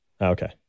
Okay